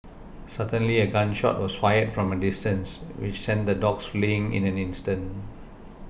suddenly a gun shot was fired from a distance which sent the dogs fleeing in an instant